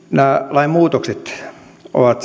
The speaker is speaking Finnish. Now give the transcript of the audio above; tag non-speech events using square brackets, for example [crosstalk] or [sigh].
lain muutokset ovat [unintelligible]